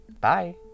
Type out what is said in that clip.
Bye